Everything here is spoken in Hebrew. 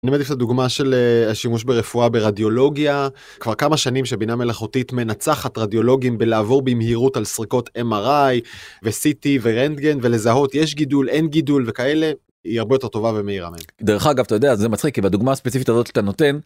אני מעדיף את הדוגמה של השימוש ברפואה ברדיולוגיה, כבר כמה שנים שבינה מלאכותית מנצחת רדיולוגים בלעבור במהירות על סריקות MRI וסיטי ורנטגן, ולזהות יש גידול אין גידול, וכאלה, היא הרבה יותר טובה ומהירה מהם. דרך אגב, אתה יודע, זה מצחיק, כי בדוגמה הספציפית הזו שאתה נותן.